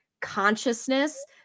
consciousness